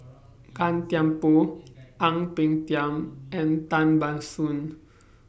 Gan Thiam Poh Ang Peng Tiam and Tan Ban Soon